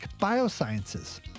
Biosciences